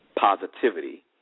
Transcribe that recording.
positivity